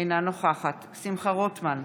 אינה נוכחת שמחה רוטמן,